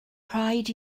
rhaid